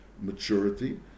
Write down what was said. maturity